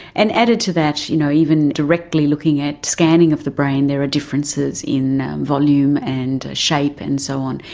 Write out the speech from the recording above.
and added to that, you know even directly looking at scanning of the brain there are differences in volume and shape and so on.